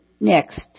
next